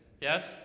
Yes